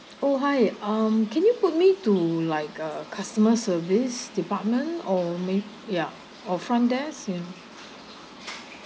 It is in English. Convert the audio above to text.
oh hi um can you put me to like a customer service department or may ya or front desk you